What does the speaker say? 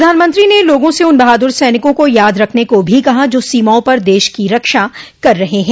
प्रधानमंत्री ने लोगों से उन बहादुर सैनिकों को याद रखने को भी कहा जो सीमाओं पर देश की रक्षा कर रहे हैं